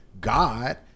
God